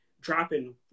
dropping